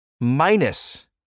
minus